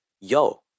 yo